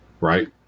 right